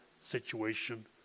situation